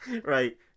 Right